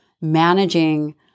managing